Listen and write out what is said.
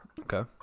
okay